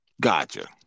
Gotcha